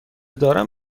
دارم